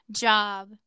job